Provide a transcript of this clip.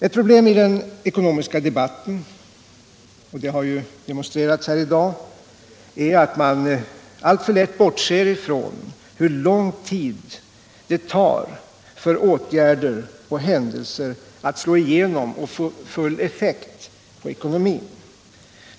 Ett problem i den ekonomiska debatten är — och det har demonstrerats här i dag — att man alltför lätt bortser från hur lång tid det tar för åtgärder och händelser att slå igenom och få full effekt på ekonomin.